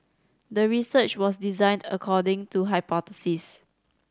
the research was designed according to hypothesis